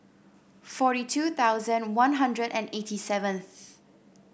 forty two thousand One Hundred and eighty seven